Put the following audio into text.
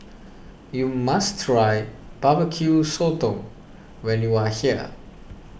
you must try Barbecue Sotong when you are here